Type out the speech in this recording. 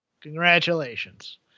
Congratulations